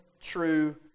true